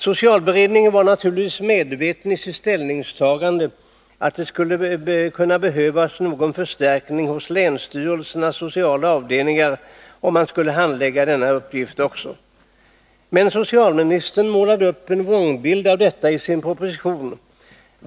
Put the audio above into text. Socialberedningen var naturligtvis i sitt ställningstagande medveten om att det skulle kunna behövas någon förstärkning hos länsstyrelsernas sociala avdelningar, om man skulle få handlägga denna uppgift också. Men socialministern målade upp en vrångbild av detta i sin proposition.